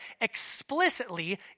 explicitly